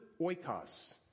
oikos